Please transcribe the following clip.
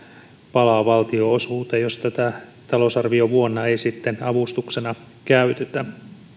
palaa valtionosuuteen jos tätä talousarviovuonna ei sitten avustuksena käytetä